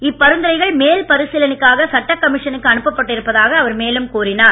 இப்பரிந்துரைகள் மேல் பரிசீலனைக்காக சட்டக் கமிஷனுக்கு அனுப்பப் பட்டிருப்பதாக அவர் மேலும் கூறினார்